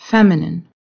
Feminine